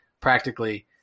practically